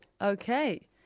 Okay